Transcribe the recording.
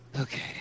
Okay